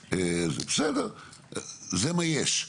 בסדר, זה מה יש.